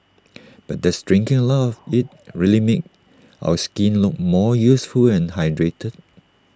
but does drinking A lot of IT really make our skin look more youthful and hydrated